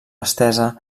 estesa